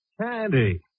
Candy